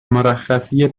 مرخصی